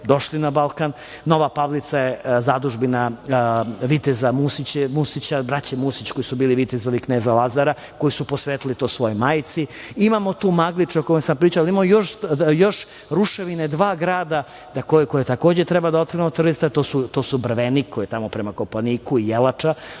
došli na Balkan. Nova Pavlica je zadužbina viteza Musića, braće Musić, koji su bili vitezovi kneza Lazara, koji su posvetili to svojoj majci. Imamo tu Maglič o kome sam pričao. Imamo još ruševine, dva grada koje takođe treba da otvorimo za turiste, to su Brvenik prema Kopaoniku i Jelača.